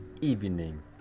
evening